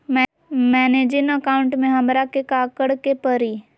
मैंने जिन अकाउंट में हमरा के काकड़ के परी?